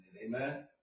Amen